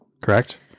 correct